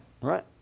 Right